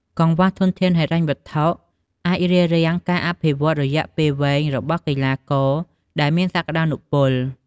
កង្វះធនធានហិរញ្ញវត្ថុអាចរារាំងការអភិវឌ្ឍន៍រយៈពេលវែងរបស់កីឡាករដែលមានសក្តានុពល។